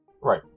Right